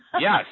Yes